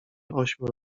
ośmiu